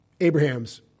Abraham's